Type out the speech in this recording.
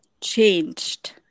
changed